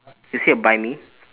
you see a buy me